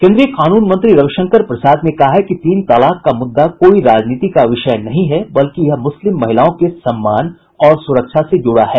केंद्रीय कानून मंत्री रविशंकर प्रसाद ने कहा है कि तीन तलाक का मुद्दा कोई राजनीति का विषय नहीं है बल्कि यह मुस्लिम महिलाओं के सम्मान और सुरक्षा से जुड़ा है